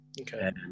okay